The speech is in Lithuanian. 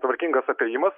tvarkingas apėjimas